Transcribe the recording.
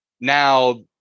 Now